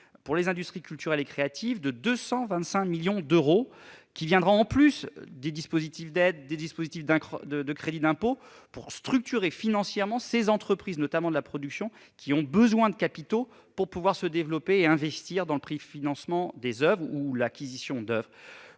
pour les industries culturelles et créatives. Doté de 225 millions d'euros, il s'ajoutera aux dispositifs d'aide et de crédit d'impôt pour structurer financièrement les entreprises, notamment de la production, qui ont besoin de capitaux pour se développer et investir dans le préfinancement des oeuvres ou l'acquisition d'oeuvres.